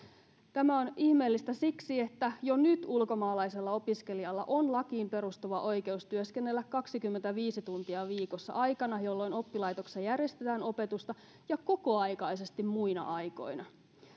tämä on ihmeellistä siksi että jo nyt ulkomaalaisella opiskelijalla on lakiin perustuva oikeus työskennellä kaksikymmentäviisi tuntia viikossa aikana jolloin oppilaitoksessa järjestetään opetusta ja kokoaikaisesti muina aikoina